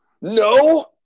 No